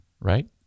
Right